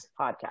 podcast